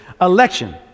Election